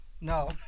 No